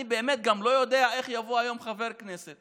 אני גם לא יודע, באמת, איך יבוא היום חבר כנסת